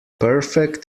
perfect